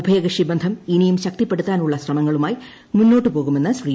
ഉഭയകക്ഷി ബന്ധം ഇനിയും ശക്തിപ്പെടുത്താനുള്ള ശ്രമങ്ങളുമായി മുന്നോട്ടുപോകുമെന്ന് ശ്രീ